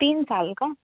तीन साल का